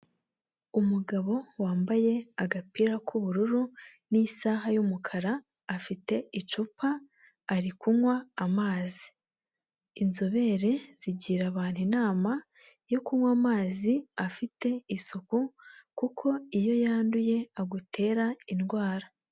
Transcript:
Umugabo wambaye agapira k'ubururu n'isaha y'umukara afite icupa ari kunywa amazi, inzobere zigira abantu inama yo kunywa amazi afite isuku kuko iyo yanduye agutera indwara.